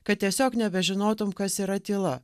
kad tiesiog nebežinotum kas yra tyla